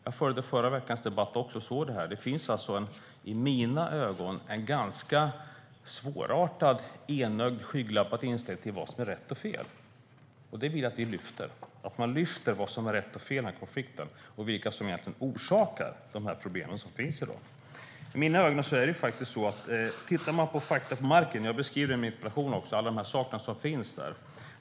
Jag följde förra veckans debatt och såg det. Det finns i mina ögon en ganska svårartad enögd och skygglappad inställning till vad som är rätt och fel. Jag vill att man lyfter fram vad som är rätt och fel i konflikten och vilka som egentligen orsaker de problem som finns i dag. Man kan titta på fakta på marken. Jag beskriver också i min interpellation alla de saker som finns där.